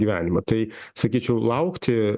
gyvenimą tai sakyčiau laukti